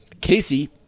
Casey